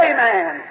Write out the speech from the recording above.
Amen